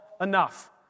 enough